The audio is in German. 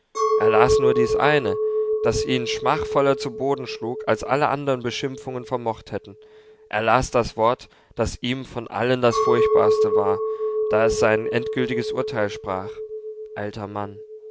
er las nur dies eine das ihn schmachvoller zu boden schlug als alle andern beschimpfungen vermocht hätten er las das wort das ihm von allen das furchtbarste war da es sein endgültiges urteil sprach alter mann